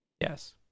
Yes